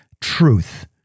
truth